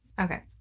okay